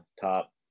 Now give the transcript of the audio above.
top